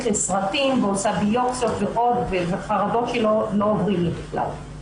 לסרטים ועושה ביופסיות ועוד וחרדות שלא עוברות בכלל.